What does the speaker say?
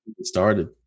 started